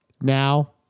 Now